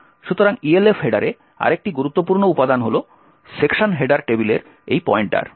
সুতরাং ELF হেডারে আরেকটি গুরুত্বপূর্ণ উপাদান হল সেকশন হেডার টেবিলের এই পয়েন্টার